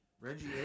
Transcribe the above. Reggie